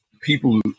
people